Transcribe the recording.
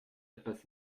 etwas